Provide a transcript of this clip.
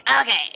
Okay